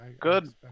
good